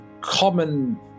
common